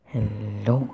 Hello